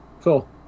Cool